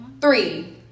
Three